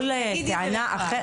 כל טענה אחרת